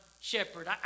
shepherd